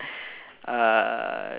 uh